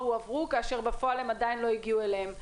הועברו כאשר בפועל עדין לא הגיעו אליהם.